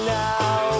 now